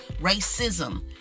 Racism